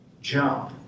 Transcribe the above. Jump